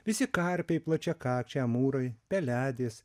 visi karpiai plačiakakčiai amūrai peledės